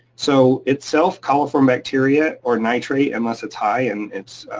so itself, coliform bacteria or nitrate, unless it's high and it's.